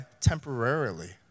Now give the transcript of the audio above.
temporarily